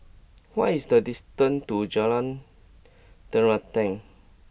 what is the distance to Jalan Terentang